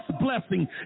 blessing